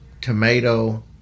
tomato